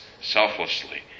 selflessly